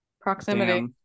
proximity